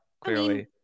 clearly